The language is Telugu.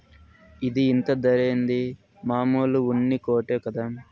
ఇది ఇంత ధరేంది, మామూలు ఉన్ని కోటే కదా